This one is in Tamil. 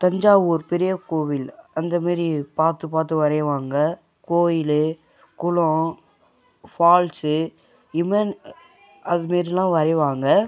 தஞ்சாவூர் பெரிய கோவில் அந்த மேரி பார்த்து பார்த்து வரைவாங்க கோயில் குளோம் ஃபால்ஸு இமய்ன் அது மாரிலாம் வரைவாங்க